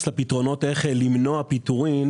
לפתרונות איך למנוע פיטורים